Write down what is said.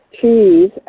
Cheese